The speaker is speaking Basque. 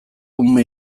ume